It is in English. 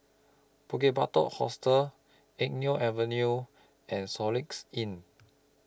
Bukit Batok Hostel Eng Neo Avenue and Soluxe Inn